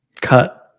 cut